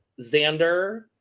Xander